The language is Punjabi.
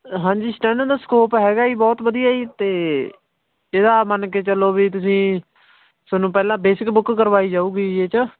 ਹਾਂਜੀ ਸਟੈਨੋ ਦਾ ਸਕੋਪ ਹੈਗਾ ਜੀ ਬਹੁਤ ਵਧੀਆ ਜੀ ਤਾਂ ਇਹਦਾ ਮੰਨ ਕੇ ਚੱਲੋ ਵੀ ਤੁਸੀਂ ਤੁਹਾਨੂੰ ਪਹਿਲਾਂ ਬੇਸਿਕ ਬੁੱਕ ਕਰਵਾਈ ਜਾਊਗੀ ਜੀ ਇਹ 'ਚ